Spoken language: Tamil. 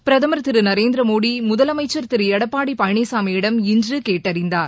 பிரதமர் திரு நரேந்திர மோடி முதலமைச்சர் திரு எடப்பாடி பழனிசாமியிடம் இன்று கேட்டறிந்தார்